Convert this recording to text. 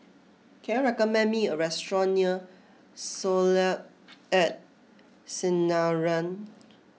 can you recommend me a restaurant near Soleil at Sinaran